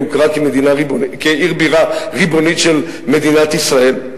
הוכרה כעיר בירה ריבונית של מדינת ישראל?